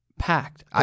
packed